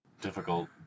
Difficult